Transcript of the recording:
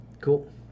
cool